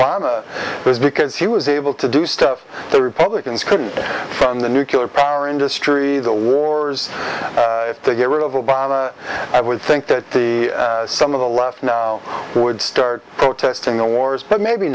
bomb was because he was able to do stuff the republicans couldn't from the nuclear power industry the wars to get rid of obama i would think that the some of the left now would start protesting the wars but maybe